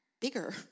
bigger